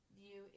view